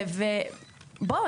בואו,